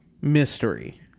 mystery